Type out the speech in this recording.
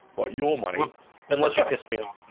well, you will money unless you're pissed meal